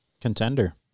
Contender